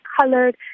colored